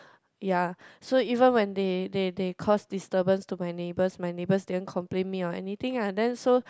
ya so even when they they they cause disturbance to my neighbours my neighbours didn't complain me or anything ah then so